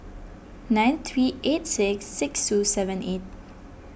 nine three eight six six two seven eight